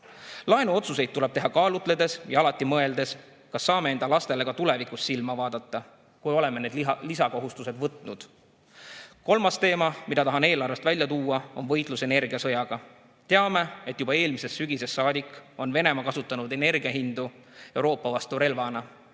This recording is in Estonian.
Laenuotsuseid tuleb teha kaalutledes ja alati mõeldes, kas saame enda lastele ka tulevikus silma vaadata, kui oleme need lisakohustused võtnud. Kolmas teema, mida tahan eelarvega seoses välja tuua, on võitlus energiasõjaga. Teame, et juba eelmisest sügisest saadik on Venemaa kasutanud energiahindu Euroopa vastu relvana.